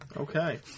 Okay